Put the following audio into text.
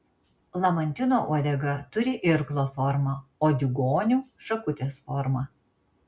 lamantino uodega turi irklo formą o diugonių šakutės formą